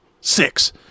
Six